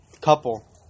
Couple